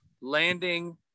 landing